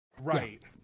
right